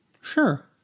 Sure